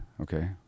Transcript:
okay